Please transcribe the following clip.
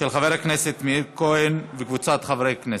של חבר הכנסת מאיר כהן וקבוצת חברי הכנסת.